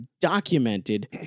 documented